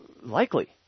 likely